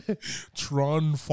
Tron